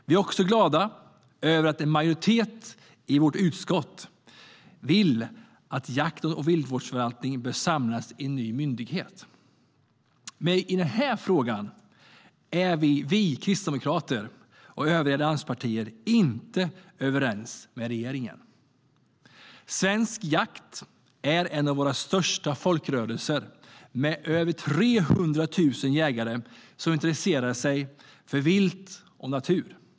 Vi är också glada över att en majoritet i vårt utskott tycker att jakt och viltförvaltning bör samlas i en ny myndighet. Men i den frågan är vi kristdemokrater och övriga allianspartier inte överens med regeringen. Svensk jakt är en av våra största folkrörelser, med över 300 000 jägare som intresserar sig för vilt och natur.